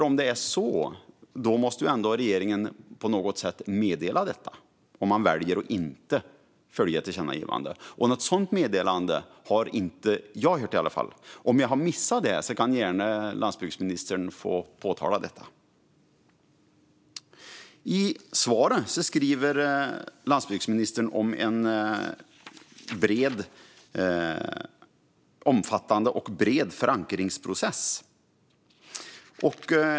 Om regeringen väljer att inte följa tillkännagivandet måste man ändå på något sätt meddela detta. Något sådant meddelande har jag inte sett. Om jag har missat det kan landsbygdsministern gärna få påpeka detta. Landsbygdsministern nämnde i sitt svar en omfattande och bred förankringsprocess.